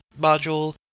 module